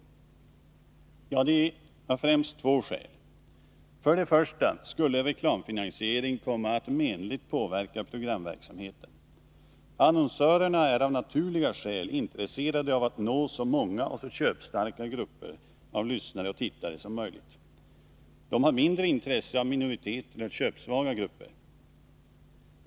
Ja, det är främst av två skäl. För det första skulle reklamfinansiering komma att menligt påverka programverksamheten. Annonsörerna är av naturliga skäl intresserade av att nå så många och så köpstarka grupper av lyssnare och tittare som möjligt. De har mindre intresse av minoriteter och köpsvaga grupper.